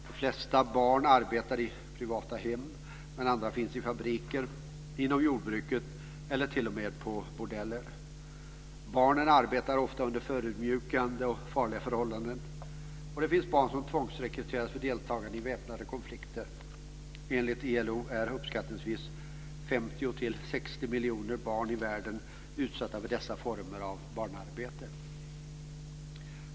De flesta barn arbetar i privata hem, men andra finns i fabriker, inom jordbruket eller t.o.m. på bordeller. Barnen arbetar ofta under förödmjukande och farliga förhållanden. Det finns barn som tvångsrekryteras för deltagande i väpnade konflikter. Enligt ILO är uppskattningsvis 50-60 miljoner barn i världen utsatta för dessa former av barnarbete.